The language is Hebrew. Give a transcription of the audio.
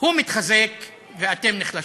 הוא מתחזק ואתם נחלשים.